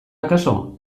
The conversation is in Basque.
akaso